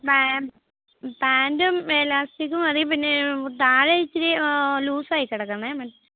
പാൻറ്റും ഇലാസ്റ്റിക്കും മതി പിന്നെ താഴെ ഇച്ചിരി ലൂസായി കിടക്കണം